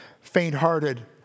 faint-hearted